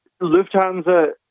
Lufthansa